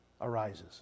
arises